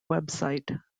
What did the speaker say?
website